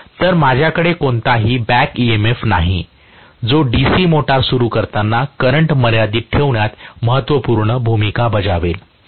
तर माझ्याकडे कोणताही बॅक ईएमएफ नाही जो DC मोटार सुरू करताना करंट मर्यादित ठेवण्यात महत्त्वपूर्ण भूमिका बजावेल